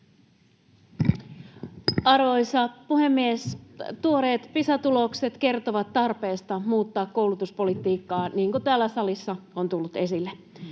Arvoisa puhemies! Tuoreet Pisa-tulokset kertovat tarpeesta muuttaa koulutuspolitiikkaa, niin kuin täällä salissa on tullut esille.